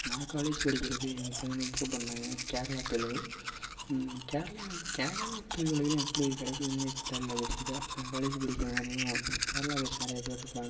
நான் காலேஜ் படிக்கிறப்பையும் எங்கள் பையனோ போட்டு வந்தாங்க கேரளா பையலோக கேரளா கேரளா பையலுகளுக்குலாம் எப்படி அது கிடைக்குதுனே தெரியல பேஸிக்காக நான் காலேஜ் படிக்கும் போதெலாம் கேரளா பாய்ஸ் நிறையாப்பேர் இருப்பாங்க